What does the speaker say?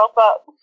up